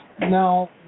Now